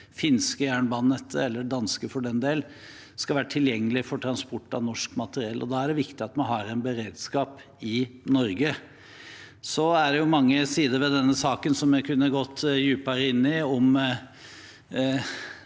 finske jernbanenettet – eller det danske for den del – skal være tilgjengelig for transport av norsk materiell. Da er det viktig at vi har en beredskap i Norge. Så er det mange sider ved denne saken som jeg kunne ha gått dypere inn i.